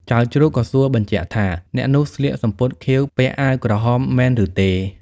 ចៅជ្រូកក៏សួរបញ្ជាក់ថា អ្នកនោះស្លៀកសំពត់ខៀវ ពាក់អាវក្រហមមែនឬទេ ?